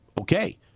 okay